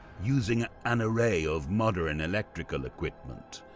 using an array of modern electrical equipment,